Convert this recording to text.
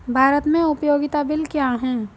भारत में उपयोगिता बिल क्या हैं?